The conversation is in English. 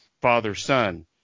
father-son